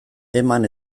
eman